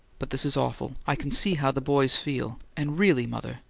but this is awful. i can see how the boys feel, and really, mother,